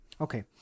Okay